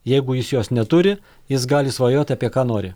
jeigu jis jos neturi jis gali svajoti apie ką nori